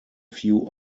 few